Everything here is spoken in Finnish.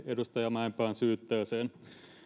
edustaja mäenpään syytteeseen